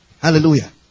Hallelujah